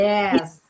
Yes